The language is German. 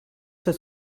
das